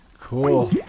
Cool